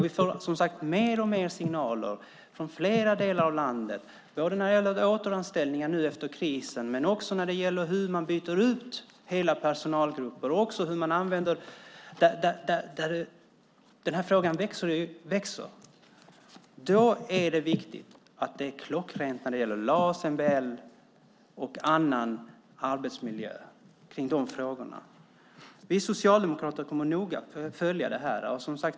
Vi får fler och fler signaler från flera delar av landet både när det gäller återanställningar efter krisen och när det gäller hur man byter ut hela personalgrupper. Frågan växer. Det är viktigt att det är klockrent när det gäller LAS, MBL och annan arbetsmiljö. Vi socialdemokrater kommer att följa detta noga.